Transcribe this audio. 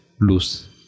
loose